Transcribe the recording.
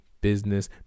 business